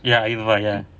ya aviva ya